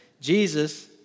Jesus